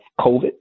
COVID